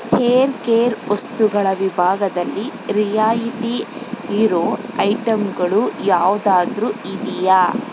hair care ವಸ್ತುಗಳ ವಿಭಾಗದಲ್ಲಿ ರಿಯಾಯಿತಿ ಇರೋ ಐಟಮ್ಗಳು ಯಾವ್ದಾದ್ರು ಇದೆಯಾ